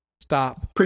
Stop